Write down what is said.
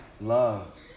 love